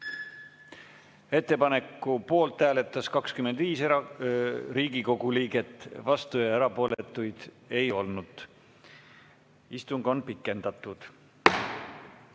Ettepaneku poolt hääletas 25 Riigikogu liiget, vastuolijaid ja erapooletuid ei olnud. Istungit on pikendatud.